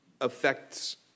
affects